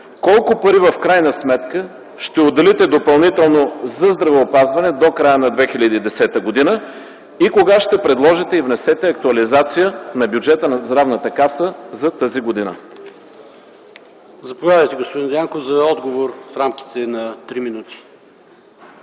колко пари в крайна сметка ще отделите допълнително за здравеопазване до края на 2010 г. и кога ще предложите и внесете актуализация на бюджета на Здравната каса за тази година? ПРЕДСЕДАТЕЛ ПАВЕЛ ШОПОВ: Заповядайте, господин Дянков, за отговор в рамките на 3 минути.